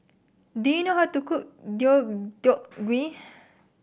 do you know how to cook Deodeok Gui